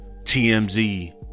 TMZ